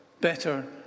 better